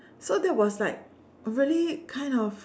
so that was like really kind of